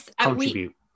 Contribute